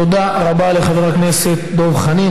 תודה רבה לחבר הכנסת דב חנין.